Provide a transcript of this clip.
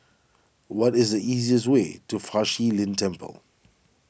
what is the easiest way to Fa Shi Lin Temple